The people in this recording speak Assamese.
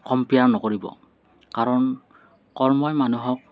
কম্পেয়াৰ নকৰিব কাৰণ কৰ্মই মানুহক